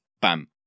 bam